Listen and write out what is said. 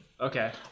Okay